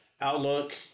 Outlook